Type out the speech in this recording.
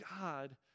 God